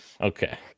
Okay